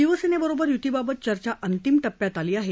शिवसेनेबरोबर युतीबाबत चर्चा अंतिम टप्प्यात आली आहे